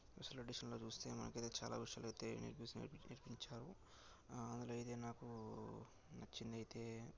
special ఎడిషన్లో చూస్తే మనకైతే చాలా విషయాలు అయితే నేర్పిస్తుంది నేర్పించారు అందులో అయితే నాకు నచ్చింది అయితే